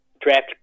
Draft